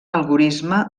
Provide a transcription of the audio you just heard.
algorisme